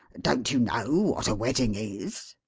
don't you know what a wedding is?